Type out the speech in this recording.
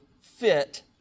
fit